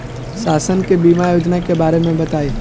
शासन के बीमा योजना के बारे में बताईं?